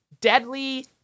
deadly